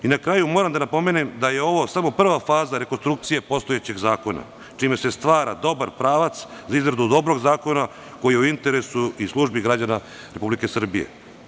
Na kraju moram da napomenem da je ovo samo prva faza rekonstrukcije postojećeg zakona čime se stvara dobar pravac za izradu dobrog zakona koji je u interesu i službi građana Republike Srbije.